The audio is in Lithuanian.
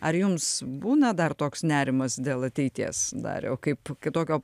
ar jums būna dar toks nerimas dėl ateities dariau kaip kaip tokio